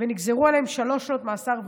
ונגזרו עליהם שלוש שנות מאסר ומעלה,